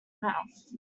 mouth